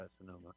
Sonoma